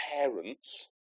parents